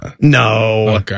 No